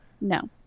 No